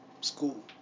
school